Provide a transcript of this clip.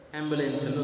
ambulance